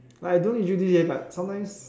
like I don't usually leh but sometimes